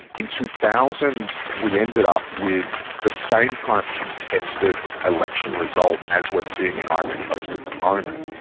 in two thousand, we ended up with the same kind of contested election result as we're seeing in ivory coast at the moment.